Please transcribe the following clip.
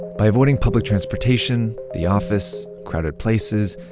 by avoiding public transportation, the office, crowded places,